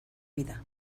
vida